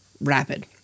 rapid